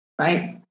right